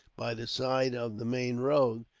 by the side of the main road,